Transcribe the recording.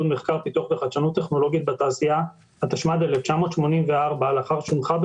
יבוא: "4.מתן העדפה אזורית לפי מסלול הטבה מס' 48 על הטבות